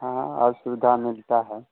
हाँ अब सुविधा मिलती है